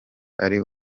ari